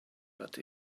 but